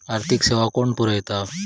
आर्थिक सेवा कोण पुरयता?